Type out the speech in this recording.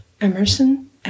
Emerson